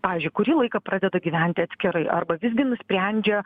pavyzdžiui kurį laiką pradeda gyventi atskirai arba visgi nusprendžia